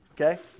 okay